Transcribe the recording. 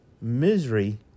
misery